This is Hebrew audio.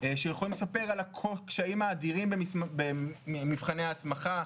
שיכולים לספר על הקשיים האדירים במבחני ההסמכה,